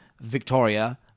Victoria